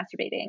masturbating